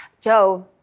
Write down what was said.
Joe